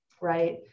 right